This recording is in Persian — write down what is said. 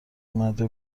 امده